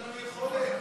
אין לנו יכולת.